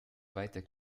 weiter